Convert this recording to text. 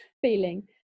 feeling